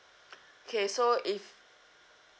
okay so if